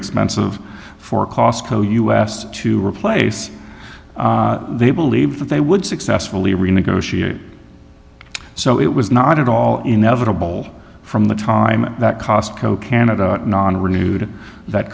expensive for costco us to replace they believe that they would successfully renegotiate so it was not at all inevitable from the time that costco canada nonna renewed that